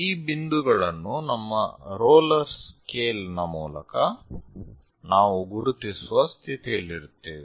ಈ ಬಿಂದುಗಳನ್ನು ನಮ್ಮ ರೋಲರ್ ಸ್ಕೇಲ್ ನ ಮೂಲಕ ನಾವು ಗುರುತಿಸುವ ಸ್ಥಿತಿಯಲ್ಲಿರುತ್ತೇವೆ